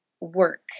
work